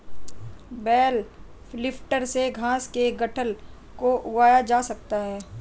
bell lifter से घास के गट्ठल को उठाया जा सकता है